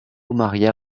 maria